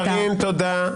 קארין, תודה.